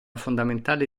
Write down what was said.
fondamentale